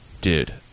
dude